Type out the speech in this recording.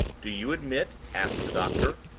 do you admit, asked the doctor,